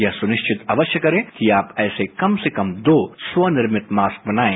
यह सुनिश्चित अवश्य करें कि आप ऐसे कम से कम दो स्वनिर्मित मास्क बनायें